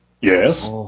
Yes